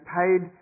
paid